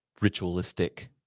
ritualistic